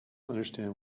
understand